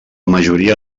majoria